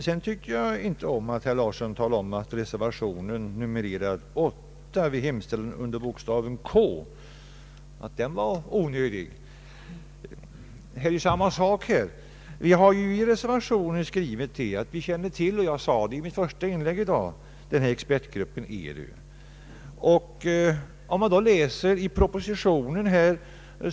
Jag förstår inte vad herr Larsson menade då han sade att reservation 8 vid hemställan under K var onödig. Det är samma sak här. Vi har i reservationen skrivit att vi känner till expertgruppen ERU, som jag nämnde i mitt första inlägg i dag.